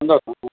சந்தோஷம்